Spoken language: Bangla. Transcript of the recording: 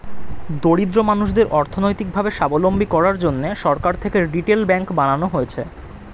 দরিদ্র মানুষদের অর্থনৈতিক ভাবে সাবলম্বী করার জন্যে সরকার থেকে রিটেল ব্যাঙ্ক বানানো হয়েছে